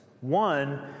One